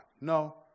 No